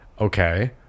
okay